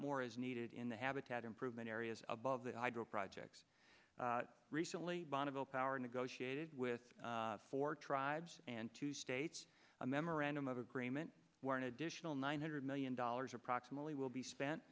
more is needed in the habitat improvement areas above the hydro projects recently bonneville power negotiated with four tribes and two states a memorandum of agreement where an additional nine hundred million dollars approximately will be spent